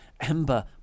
Ember